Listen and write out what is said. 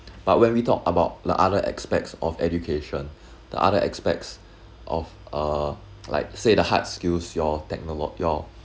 but when we talk about like other aspects of education the other aspects of uh like say the hard skills your technolog~ your